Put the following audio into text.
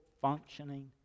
functioning